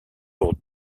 pour